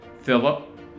Philip